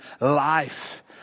life